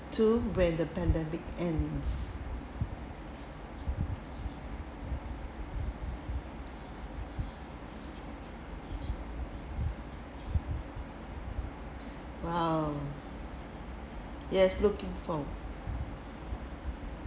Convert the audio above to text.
to when the pandemic ends !wow! yes looking forward